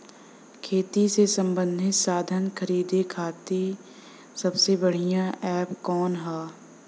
खेती से सबंधित साधन खरीदे खाती सबसे बढ़ियां एप कवन ह?